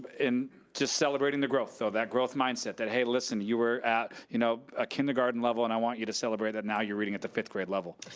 and just celebrating the growth. so, that growth mindset, that, hey, listen, you're at you know a kindergarten level and i want you to celebrate that now you're reading at the fifth grade level.